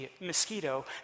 mosquito